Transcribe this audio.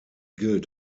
gilt